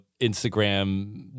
Instagram